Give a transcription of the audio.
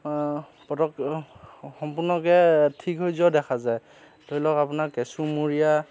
পতক সম্পূৰ্ণকৈ ঠিক হৈ যোৱা দেখা যায় ধৰি লওক আপোনাৰ কেঁচুমূৰীয়া